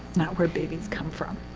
not where babies come from.